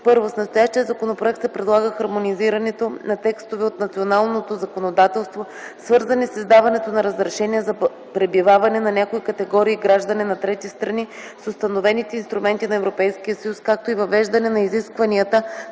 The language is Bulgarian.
Първо. С настоящия законопроект се предлага хармонизирането на текстове от националното законодателство, свързани с издаването на разрешения за пребиваване на някои категории граждани на трети страни, с установените инструменти на Европейския съюз, както и въвеждане на изискванията